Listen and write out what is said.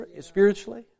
spiritually